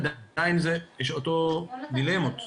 עדיין יש אותן דילמות.